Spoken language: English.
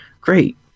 great